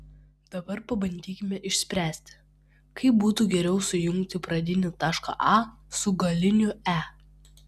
dabar pabandykime išspręsti kaip būtų geriau sujungti pradinį tašką a su galiniu e